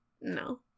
no